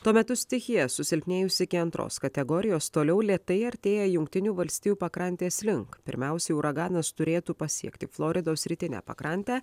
tuo metu stichija susilpnėjusi iki antros kategorijos toliau lėtai artėja jungtinių valstijų pakrantės link pirmiausiai uraganas turėtų pasiekti floridos rytinę pakrantę